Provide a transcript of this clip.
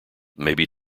maybe